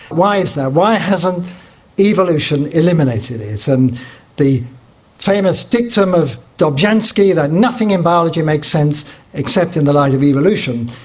why is that? why hasn't evolution eliminated it? and the famous dictum of dobzhansky, that nothing in biology makes sense except in the light of evolution,